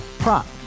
Prop